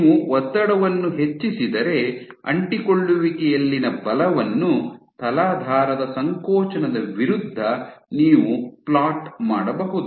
ನೀವು ಒತ್ತಡವನ್ನು ಹೆಚ್ಚಿಸಿದರೆ ಅಂಟಿಕೊಳ್ಳುವಿಕೆಯಲ್ಲಿನ ಬಲವನ್ನು ತಲಾಧಾರದ ಸಂಕೋಚನದ ವಿರುದ್ಧ ನೀವು ಪ್ಲಾಟ್ ಮಾಡಬಹುದು